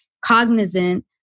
cognizant